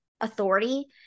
authority